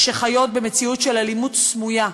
שחיות במציאות של אלימות סמויה,